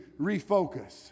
refocus